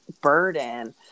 burden